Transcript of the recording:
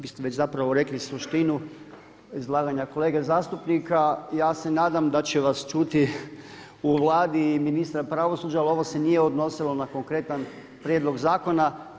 Vi ste zapravo već i rekli suštinu izlaganja kolega zastupnika, ja se nadam da će vas čuti u Vladi i ministar pravosuđa ali ovo se nije odnosilo na konkretan prijedlog zakona.